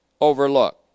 overlooked